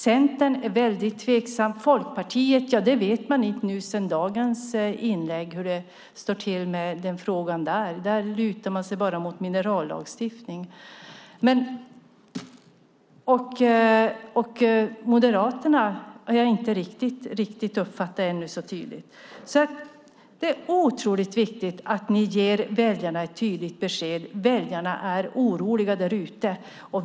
Centern är väldigt tveksamt. Folkpartiet vet man efter dagens inlägg inte hur de står i den frågan. Man lutar sig bara mot minerallagstiftning. Moderaterna har jag inte uppfattat så tydligt ännu. Det är otroligt viktigt att ni ger väljarna ett tydligt besked. Väljarna är oroliga.